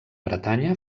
bretanya